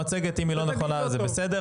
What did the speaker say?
אם היא לא נכונה אז זה בסדר,